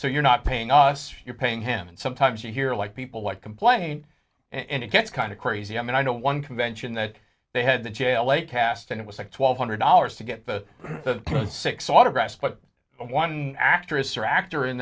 so you're not paying us you're paying him and sometimes you hear like people like complaint and it gets kind of crazy i mean i know one convention that they had the jail late cast and it was like twelve hundred dollars to get the six autographs but one actress or actor in